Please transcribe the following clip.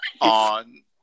on